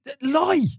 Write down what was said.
lie